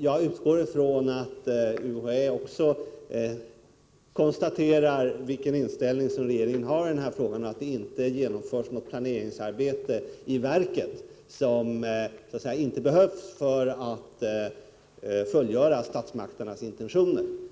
jag utgår ifrån att också UHÄ noterar vilken inställning regeringen har i den här frågan och att man inte genomför något planeringsarbete som inte behövs för att fullgöra statsmakternas intentioner.